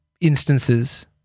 instances